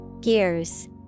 Gears